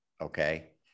okay